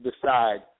decide